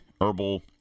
herbal